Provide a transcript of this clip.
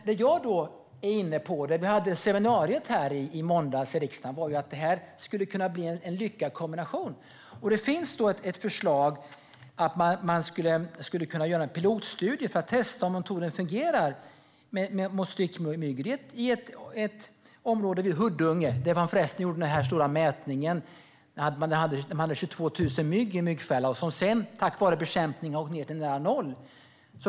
Vad jag var inne på när vi hade ett seminarium här i riksdagen i måndags var att detta skulle kunna bli en lyckad kombination. Det finns ett förslag om en pilotstudie för att testa om metoden fungerar mot stickmygg i ett område vid Huddunge. Det var förresten där man gjorde den stora mätningen då man fick 22 000 mygg i en myggfälla. Tack vare bekämpning fick man ned det till nära noll.